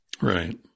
Right